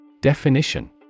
Definition